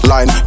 Line